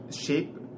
shape